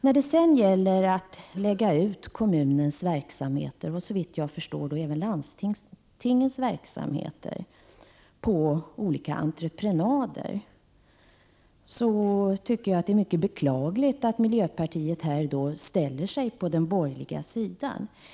När det sedan gäller att lägga ut hela kommunens verksamheter — och såvitt jag förstår även landstingens verksamheter — på olika entreprenader är det mycket beklagligt att miljöpartiet ställer sig på den borgerliga sidan.